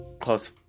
close